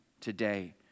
today